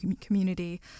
community